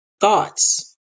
thoughts